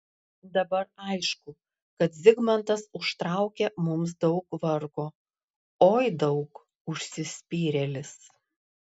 dabar aišku kad zigmantas užtraukė mums daug vargo oi daug užsispyrėlis